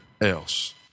else